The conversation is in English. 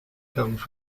comes